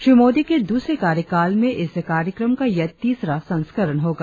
श्री मोदी के दूसरे कार्यकाल में इस कार्यक्रम का यह तीसरा संस्करण होगा